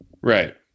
Right